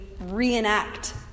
reenact